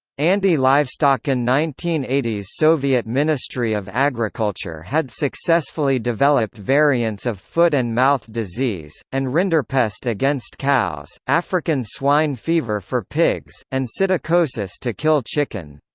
anti-livestockin nineteen eighty s soviet ministry of agriculture had successfully developed variants of foot-and-mouth disease, and rinderpest against cows, african swine fever for pigs, and psittacosis to kill chicken.